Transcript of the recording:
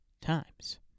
times